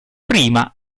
prima